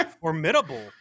Formidable